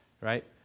right